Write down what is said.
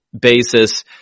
basis